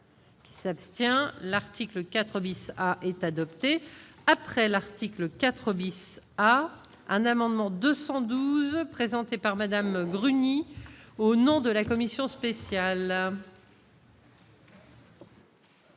Qui s'abstient, l'article 4 bis est adoptée après l'article 4 bis à un amendement 212 présentée par Madame Bruni au nom de la commission spéciale.